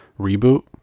reboot